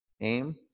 Aim